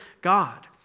God